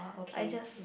I just